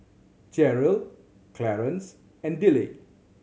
Jeryl Clarance and Dillie